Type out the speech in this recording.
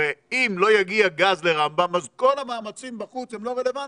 הרי אם לא יגיע גז לרמב"ם אז כל המאמצים בחוץ הם לא רלוונטיים.